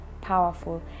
powerful